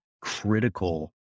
critical